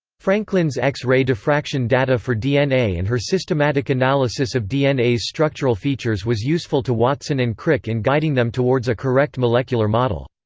franklin's x-ray diffraction data for dna and her systematic analysis of dna's structural features was useful to watson and crick in guiding them towards a correct molecular model.